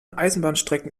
eisenbahnstrecken